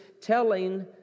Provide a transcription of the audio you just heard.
telling